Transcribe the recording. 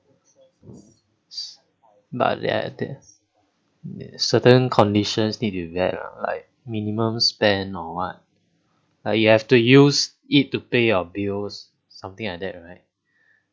but there are at the certain conditions needed to met ah like minimum spend or what ah you have to use it to pay your bills something like that right